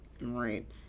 Right